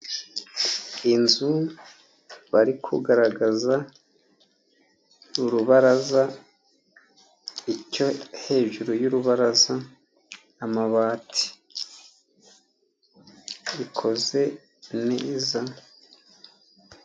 Inzu bari kugaragaza urubaraza, icyo hejuru y' urubaraza amabati bikoze neza.